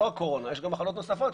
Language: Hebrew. הרי הם זורקים במגרש החניה את הכפפות,